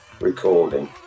recording